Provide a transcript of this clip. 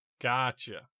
gotcha